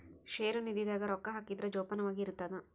ಷೇರು ನಿಧಿ ದಾಗ ರೊಕ್ಕ ಹಾಕಿದ್ರ ಜೋಪಾನವಾಗಿ ಇರ್ತದ